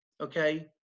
okay